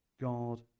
God